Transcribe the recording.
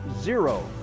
zero